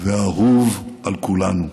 ואהוב על כולנו.